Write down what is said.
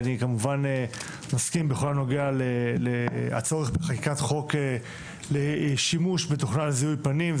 אני כמובן מסכים בכל הנוגע לצורך בחקיקת חוק לשימוש בתוכנה לזיהוי פנים.